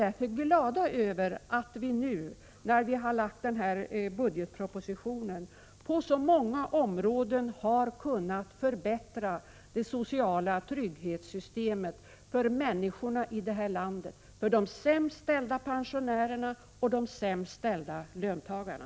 Därför är vi glada över att vi nu, när vi har lagt årets budgetproposition, på så många områden har kunnat förbättra det sociala trygghetssystemet för människorna i det här landet: för de sämst ställda pensionärerna och för de sämst ställda löntagarna.